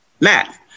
Matt